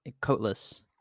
Coatless